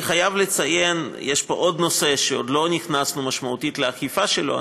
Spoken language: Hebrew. אני חייב לציין שיש פה עוד נושא שעוד לא נכנסנו משמעותית לאכיפה שלו,